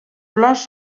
flors